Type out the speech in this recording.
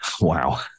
Wow